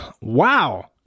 wow